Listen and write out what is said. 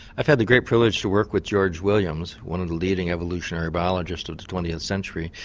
i've had the great privilege to work with george williams, one of the leading evolutionary biologists of the twentieth century,